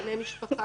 קרובי משפחה,